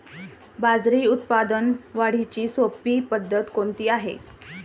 बाजरी उत्पादन वाढीची सोपी पद्धत कोणती आहे?